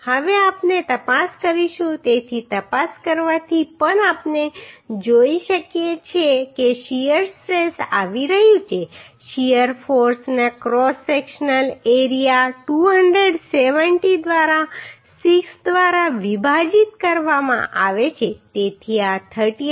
હવે આપણે તપાસ કરીશું તેથી તપાસ કરવાથી પણ આપણે જોઈ શકીએ છીએ કે શીયર સ્ટ્રેસ આવી રહ્યું છે શીયર ફોર્સને ક્રોસ સેક્શનલ એરિયા 270 દ્વારા 6 દ્વારા વિભાજિત કરવામાં આવે છે તેથી આ 38